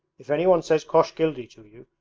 if anyone says koshkildy to you,